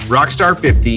Rockstar50